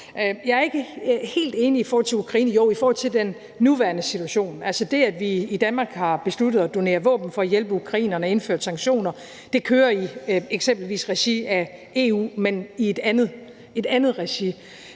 Jeg er ikke helt enig i forhold til Ukraine – jo, i forhold til den nuværende situation. Altså, det, at vi i Danmark har besluttet at donere våben for at hjælpe ukrainerne og har indført sanktioner, kører eksempelvis i EU, men i et andet regi.